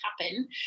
happen